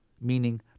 meaning